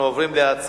זה בסדר.